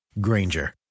Granger